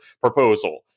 proposal